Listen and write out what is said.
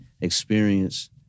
experience